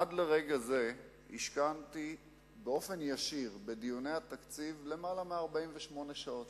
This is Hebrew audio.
עד לרגע זה השקעתי באופן ישיר בדיוני התקציב למעלה מ-48 שעות.